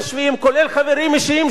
כולל חברים אישיים שלי,